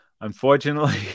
unfortunately